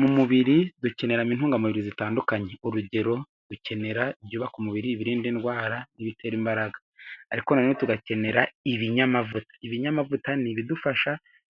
Mu mubiri dukeneramo intungamubiri zitandukanye, urugero dukenera ibyubaka umubiri ibirinda indwara n'ibitera imbaraga, ariko noneho tugakenera ibinyamavuta ni ibidufasha